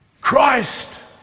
Christ